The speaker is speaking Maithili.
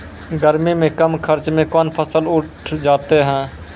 गर्मी मे कम खर्च मे कौन फसल उठ जाते हैं?